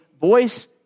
voice